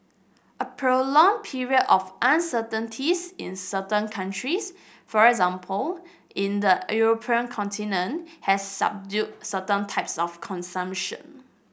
a prolonged period of uncertainties in certain countries for example in the European continent has subdued certain types of consumption